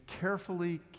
carefully